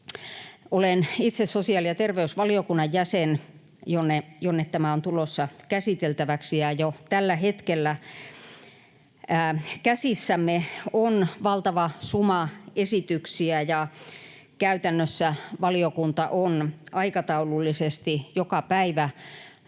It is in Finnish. Olen itse sosiaali- ja terveysvaliokunnan jäsen, johon tämä on tulossa käsiteltäväksi, ja jo tällä hetkellä käsissämme on valtava suma esityksiä, ja käytännössä valiokunta on aikataulullisesti joka päivä